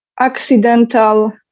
Accidental